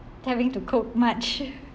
having to cook much